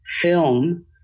film